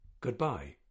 goodbye